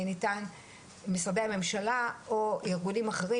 שמשרדי הממשלה או ארגונים אחרים,